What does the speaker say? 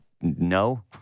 no